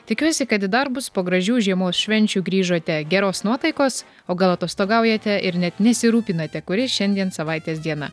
tikiuosi kad į darbus po gražių žiemos švenčių grįžote geros nuotaikos o gal atostogaujate ir net nesirūpinate kuri šiandien savaitės diena